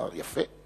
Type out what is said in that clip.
אמר "יפה";